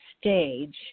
stage